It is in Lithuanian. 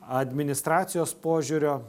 administracijos požiūrio